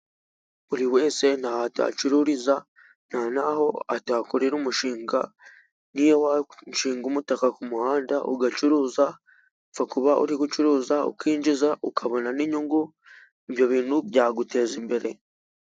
Buri wese ntaho atacururiza ntaho atakorera umushinga niyo washinga umutaka ku muhanda ugacuruza upfa kuba uri gucuruza ukinjiza ukabona n'inyungu ibyo bintu byaguteza imbere.